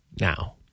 now